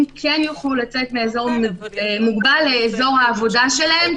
כן יוכלו לצאת מאזור מוגבל לאזור העבודה שלהם,